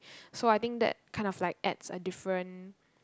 so I think that kind of like adds a different